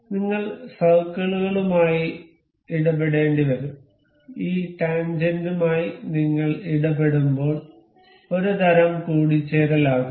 നിങ്ങൾ സർക്കിളുകളുമായി ഇടപെടേണ്ടിവരും ഈ ടാൻജെന്റുമായി നിങ്ങൾ ഇടപെടുമ്പോൾ ഒരുതരം കൂടിച്ചേരലാകാം